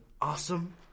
awesome